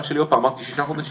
עוד פעם, אמרתי שישה חודשים?